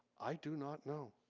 i do not know.